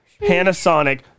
Panasonic